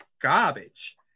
garbage